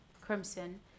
crimson